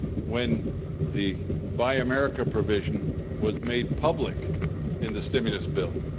when the buy america provision was made public in the stimulus bill,